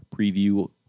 preview